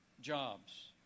jobs